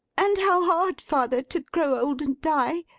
and how hard, father, to grow old, and die,